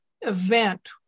event